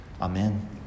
Amen